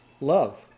Love